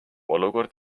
olukord